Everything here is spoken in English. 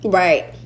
right